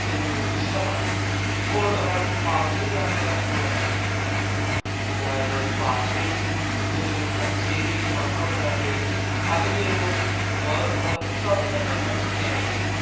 ഒരു ഇഷ്ടമാണ് ഇപ്പോൾ ഒരാൾ പാട്ട് ക്യാമ്പ് നടത്തുകയാണെങ്കിൽ അതായത് പാട്ടിൽ ഒരു കച്ചേരി മാത്രമല്ലാണ്ട് അതിൻ്റെ ഒരു വർക്ക് ഷോപ്പ് തന്നെ നടത്തുകയാണെങ്കിൽ